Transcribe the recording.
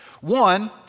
One